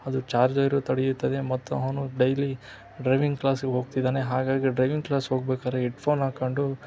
ಅದು ಚಾರ್ಜರೂ ತಡೆಯುತ್ತದೆ ಮತ್ತು ಅವನು ಡೈಲಿ ಡ್ರೈವಿಂಗ್ ಕ್ಲಾಸಿಗೆ ಹೋಗ್ತಿದಾನೆ ಹಾಗಾಗಿ ಡ್ರೈವಿಂಗ್ ಕ್ಲಾಸ್ಗೆ ಹೋಗಬೇಕಾದ್ರೆ ಹೆಡ್ ಫೋನ್ ಹಾಕ್ಕೊಂಡು